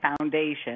foundation